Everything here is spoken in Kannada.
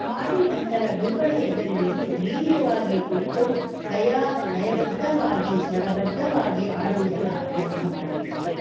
ಮಾಡಿ ನಂತರ ಗುರುಗಳ ಎದುರಿನಲ್ಲಿ ಧೈರ್ಯವಾಗಿ ಕುಳಿತು ಲಯ ಲಯಬದ್ಧವಾಗಿ ಸ್ವರ ಬದ್ಧವಾಗಿ ಆಡುವುದನ್ನು ಅಭ್ಯಾಸ ಮಾಡಬೇಕು